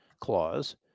clause